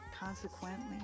Consequently